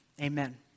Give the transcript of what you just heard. Amen